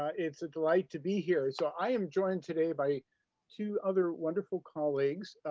ah it's a delight to be here. so i am joined today by two other wonderful colleagues.